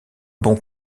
bon